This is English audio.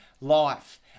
life